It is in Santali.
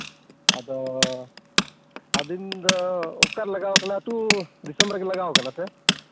ᱟᱫᱚ ᱟᱹᱵᱤᱱ ᱫᱚ ᱚᱠᱟᱨᱮ ᱞᱟᱜᱟᱣ ᱠᱟᱱᱟ ᱟᱛᱳ ᱫᱤᱥᱚᱢ ᱨᱮᱜᱮ ᱞᱟᱜᱟᱣ ᱠᱟᱱᱟ ᱥᱮ